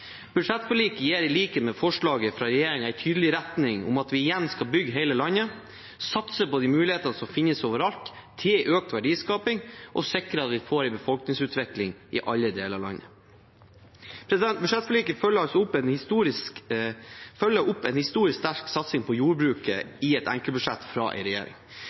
Budsjettforliket gir, i likhet med forslaget fra regjeringen, en tydelig retning om at vi igjen skal bygge hele landet, satse på de mulighetene som finnes overalt til økt verdiskaping, og sikre at vi får en befolkningsutvikling i alle deler av landet. Budsjettforliket følger opp en historisk sterk satsing på jordbruket i et enkeltbudsjett fra en regjering.